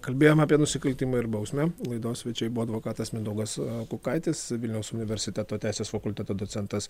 kalbėjom apie nusikaltimą ir bausmę laidos svečiai buvo advokatas mindaugas kukaitis vilniaus universiteto teisės fakulteto docentas